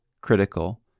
critical